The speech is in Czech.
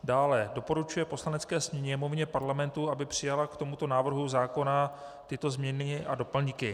Dále doporučuje Poslanecké sněmovně Parlamentu, aby přijala k tomuto návrhu zákona tyto změny a doplňky.